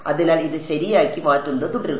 അതിനാൽ ഇത് ശരിയാക്കി മാറ്റുന്നത് തുടരുക